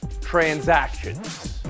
transactions